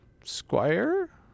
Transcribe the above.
squire